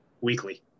weekly